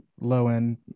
low-end